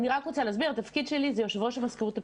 רוצה להסביר שהתפקיד שלי זה יושב-ראש המזכירות הפדגוגית.